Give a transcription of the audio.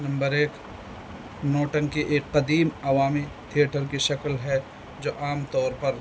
number ایک نوٹنکی ایک قدیم عوامی تھیئیٹر کی شکل ہے جو عام طور پر